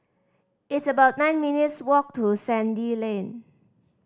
it's about nine minutes' walk to Sandy Lane